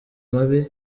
mabi